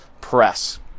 press